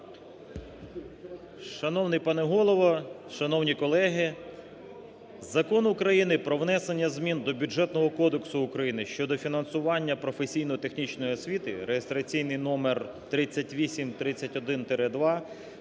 Шановний пане Голово, шановні колеги! Закон України "Про внесення змін до Бюджетного кодексу України щодо фінансування професійно-технічної освіти" (реєстраційний номер 3831-2)